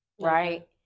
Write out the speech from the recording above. Right